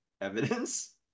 evidence